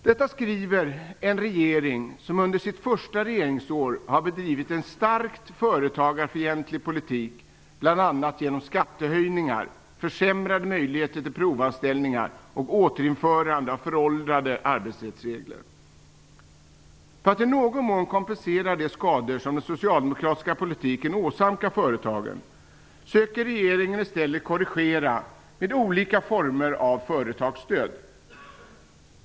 Detta skriver en regering som under sitt första regeringsår har bedrivit en starkt företagarfientlig politik, bl.a. genom skattehöjningar, försämrade möjligheter till provanställningar och återinförande av föråldrade arbetsrättsregler. För att i någon mån kompensera de skador som den socialdemokratiska politiken åsamkar företagen söker regeringen i stället korrigera med olika former av företagsstöd.